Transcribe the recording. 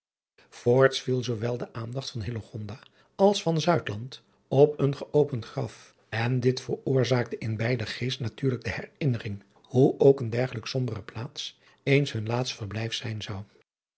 oorts viel zoowel de aandacht van als van op een geopend graf en dit veroorzaakte in beider geest natuurlijk de herinnering hoe ook een dergelijk sombere plaats eens hun laatst verblijf zijn zou